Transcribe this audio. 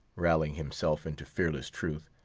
rallying himself into fearless truth,